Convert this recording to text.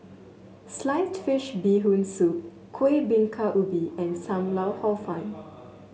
Sliced Fish Bee Hoon Soup Kueh Bingka Ubi and Sam Lau Hor Fun